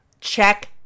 check